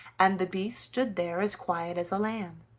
and the beast stood there as quiet as a lamb.